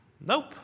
nope